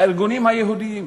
הארגונים היהודיים.